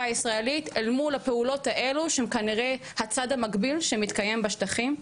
הישראלית אל מול הפעולות האלו שהם כנראה הצד המקביל שמתקיים בשטחים.